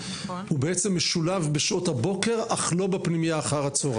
בעצם משולב בשעות הבוקר אך לא בפנימייה אחר הצהריים.